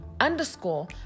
underscore